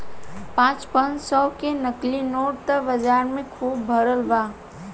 पाँच पाँच सौ के नकली नोट त बाजार में खुब भरल बा